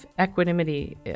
equanimity